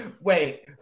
Wait